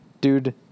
dude